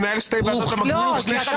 מנהל שתי ועדות במקביל.